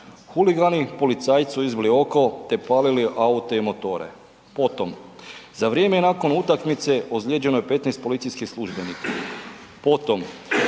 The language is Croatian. „Huligani policajcu izbili oko te palili aute i motore“, potom „Za vrijeme i nakon utakmice ozlijeđeno je 15 policijskih službenika“, potom